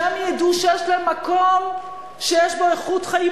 שהם ידעו שיש להם מקום שיש בו איכות חיים